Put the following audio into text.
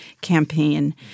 campaign